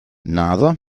naddo